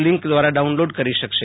link દ્વારા download કરી શકશે